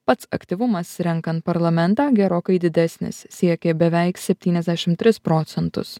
pats aktyvumas renkant parlamentą gerokai didesnis siekė beveik septyniasdešim tris procentus